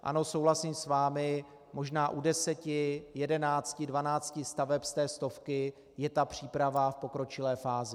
Ano, souhlasím s vámi, možná u deseti, jedenácti, dvanácti staveb z té stovky je příprava v pokročilé fázi.